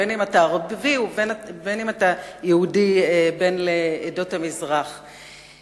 בין אם אתה ערבי או בין אם אתה יהודי בן לעדות המזרח.